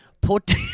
Put